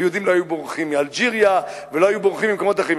ויהודים לא היו בורחים מאלג'יריה ולא היו בורחים ממקומות אחרים.